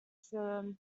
firm